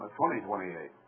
2028